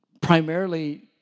primarily